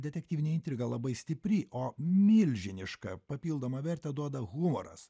detektyvinė intriga labai stipri o milžinišką papildomą vertę duoda humoras